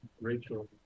Rachel